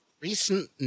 recent